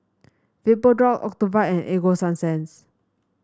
Vapodrops Ocuvite and Ego Sunsense